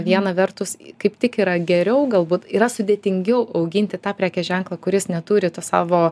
viena vertus kaip tik yra geriau galbūt yra sudėtingiau auginti tą prekės ženklą kuris neturi tos savo